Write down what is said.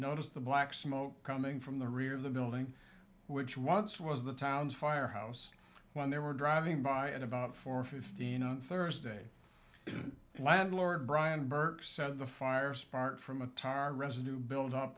noticed the black smoke coming from the rear of the building which once was the town's fire house when they were driving by at about four fifteen on thursday landlord brian burke said the fire sparked from a tar residue build up